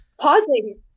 pausing